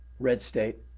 red state.